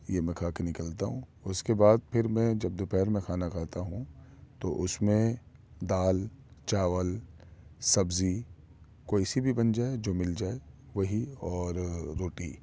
یہ میں کھا کے نکلتا ہوں اس کے بعد پھر میں جب دوپہر کو کھانا کھاتا ہوں تو اس میں دال چاول سبزی کوئی سی بھی بن جائے جو مل جائے وہی اور روٹی